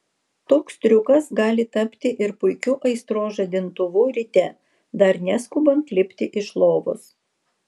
toks triukas gali tapti ir puikiu aistros žadintuvu ryte dar neskubant lipti iš lovos